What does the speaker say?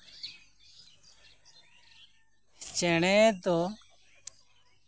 ᱪᱮᱬᱮ ᱫᱚ